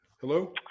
Hello